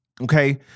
okay